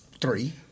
Three